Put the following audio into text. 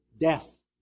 death